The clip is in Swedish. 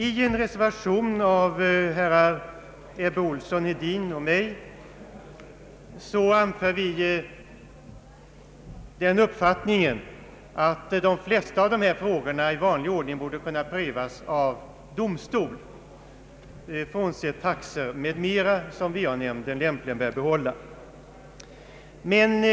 I en reservation av herrar Ebbe Ohlsson, Hedin och mig uttalar vi den uppfattningen att de flesta av dessa frågor i vanlig ordning borde kunna prövas av domstol, frånsett taxor m, m., som va-nämnden lämpligen bör bedöma.